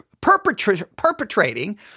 perpetrating